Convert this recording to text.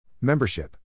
Membership